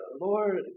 Lord